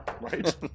Right